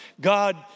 God